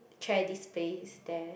chair displays there